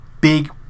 big